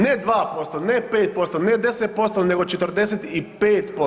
Ne 2%, ne 5%, ne 10% nego 45%